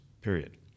period